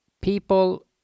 People